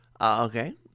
Okay